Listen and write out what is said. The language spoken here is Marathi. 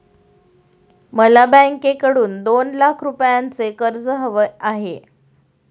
मला बँकेकडून दोन लाख रुपयांचं कर्ज हवं आहे